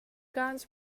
guns